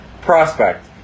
prospect